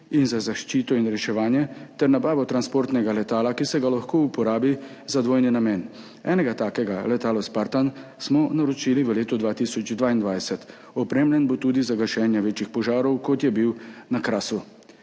in za zaščito in reševanje, ter nabavo transportnega letala, ki se ga lahko uporabi za dvojni namen. Enega takega, letalo spartan, smo naročili v letu 2022, opremljen bo tudi za gašenje večjih požarov, kot je bil na Krasu.